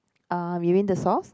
uh you mean the sauce